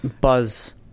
Buzz